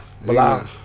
Blah